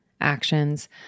actions